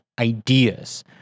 ideas